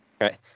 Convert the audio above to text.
right